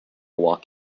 walk